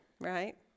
right